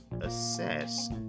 assess